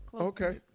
Okay